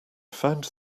found